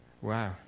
Wow